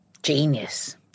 Genius